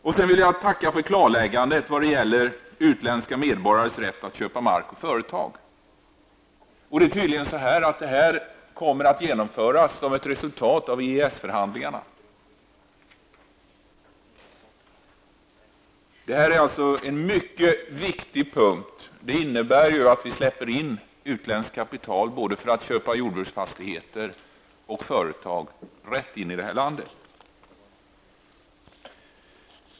Sedan vill jag tacka för klarläggandet när det gäller utländska medborgares rätt att köpa mark och företag. Detta kommer tydligen att genomföras som ett resultat av EES förhandlingarna. Det är en mycket viktig sak. Det innebär att vi släpper in utländskt kapital i landet som får köpa både jordbruksfastigheter och företag.